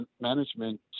management